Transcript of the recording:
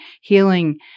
healing